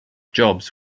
jobs